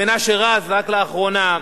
מנשה רז רק לאחרונה,